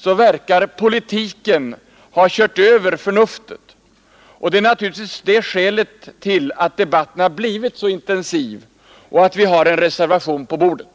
förefaller politiken att ha kört över förnuftet, och det är naturligtvis skälet till att debatten har blivit så intensiv och att vi nu har en reservation på bordet.